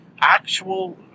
actual